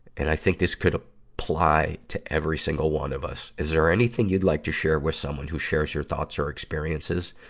and i think this could apply to every single one of us. is there anything you'd like to share with someone who shares your thoughts or experiences?